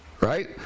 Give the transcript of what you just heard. right